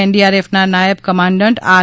એનડીઆરએફના નાયબ commandant R